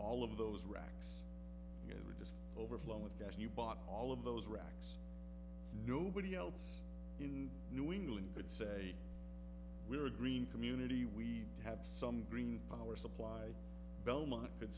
all of those racks of just overflowing with gas you bought all of those racks and nobody else in new england could say we are a green community we have some green power supply belmont could